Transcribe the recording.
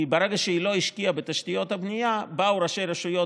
כי ברגע שהיא לא השקיעה בתשתיות הבנייה באו ראשי רשויות,